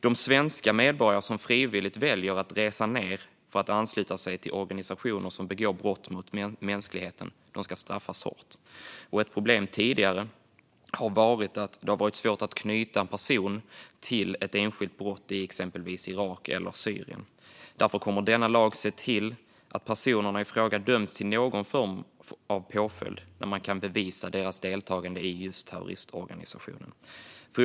De svenska medborgare som frivilligt väljer att resa ned för att ansluta sig till organisationer som begår brott mot mänskligheten ska straffas hårt. Ett problem tidigare har varit att det varit svårt att knyta en person till ett enskilt brott i exempelvis Irak eller Syrien. Därför kommer denna lag att se till att personerna i fråga döms till någon form av påföljd när man kan bevisa deras deltagande i just terroristorganisationer.